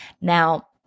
Now